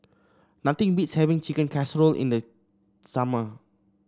nothing beats having Chicken Casserole in the summer